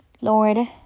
Lord